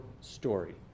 story